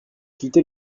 quittait